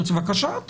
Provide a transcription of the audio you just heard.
בבקשה,